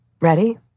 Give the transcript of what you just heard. Ready